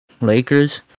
Lakers